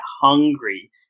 hungry